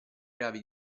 gravi